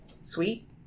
sweet